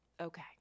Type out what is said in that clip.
okay